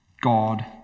God